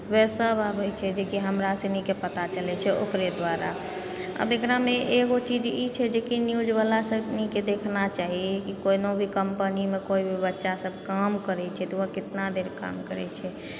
ओएह सब आबै छै जेकी हमरा सुनिके पता चलैत छै ओकरे द्वारा आब एकरामे एगो चीज ई छै जेकी न्यूज वला सबके देखना चाही की कोनो भी कम्पनीमे कोइ भी बच्चा सब काम करैत छै कितना देर काम करैत छै